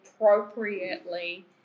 appropriately